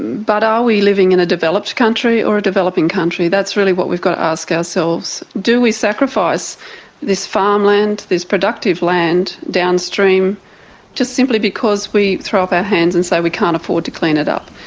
but are we living in a developed country or a developing country, that's really what we've got a ask ourselves. do we sacrifice this farmland, this productive land downstream just simply because we throw up our hands and say we can't afford to clean it up?